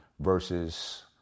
versus